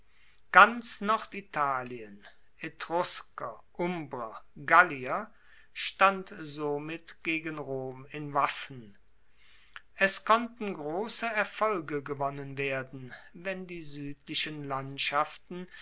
ganz norditalien etrusker umbrer gallier stand somit gegen rom in waffen es konnten grosse erfolge gewonnen werden wenn die suedlichen landschaften